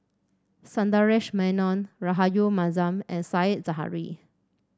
Sundaresh Menon Rahayu Mahzam and Said Zahari